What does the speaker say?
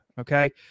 okay